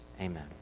Amen